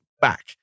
back